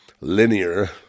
linear